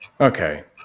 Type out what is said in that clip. Okay